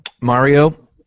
Mario